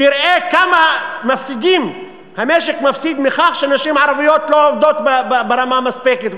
שיראה כמה המשק מפסיד מכך שנשים ערביות לא עובדות ברמה המספקת,